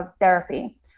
therapy